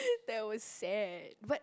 that was sad but